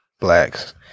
blacks